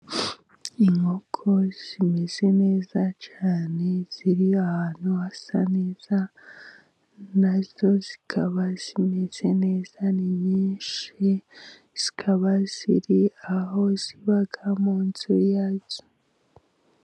Inkoko zimeze neza cyane, ziri ahantu hasa neza, nazo zikaba zimeze neza, ni nyinshi zikaba ziri aho ziba mu nzu yazo.